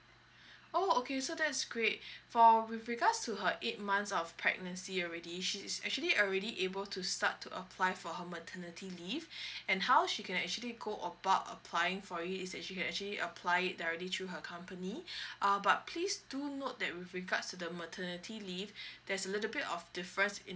oh okay so that is great for with regards to her eight months of pregnancy already she is actually already able to start to apply for her maternity leave and how she can actually go about applying for is actually actually apply it directly through her company uh but please do note that with regards to the maternity leave there's a little bit of difference in